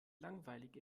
langweilig